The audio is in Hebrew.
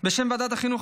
בשם ועדת החינוך,